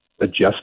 adjust